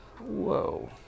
Whoa